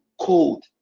cold